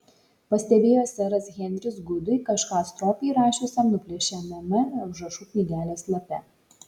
pastebėjo seras henris gudui kažką stropiai rašiusiam nuplėšiamame užrašų knygelės lape